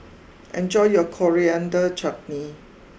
enjoy your Coriander Chutney